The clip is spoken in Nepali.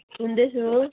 सुन्दैछु